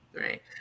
Right